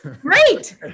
Great